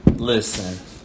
Listen